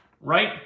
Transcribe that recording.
right